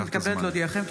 אני מתכבדת להודיעכם,